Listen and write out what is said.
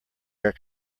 air